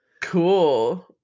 Cool